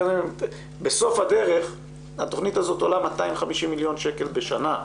בסוף הדרך התכנית הזאת עולה 250 מיליון שקל בשנה,